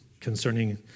concerning